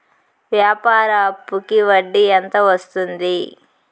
వ్యాపార అప్పుకి వడ్డీ ఎంత వస్తుంది?